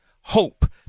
hope